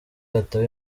hataba